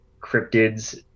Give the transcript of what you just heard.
cryptids